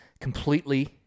completely